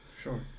Sure